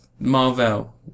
Marvel